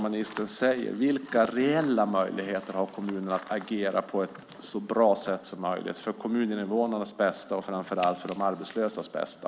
Men vilka reella möjligheter har kommunen att agera på ett så bra sätt som möjligt för kommuninvånarnas bästa och framför allt för de arbetslösas bästa?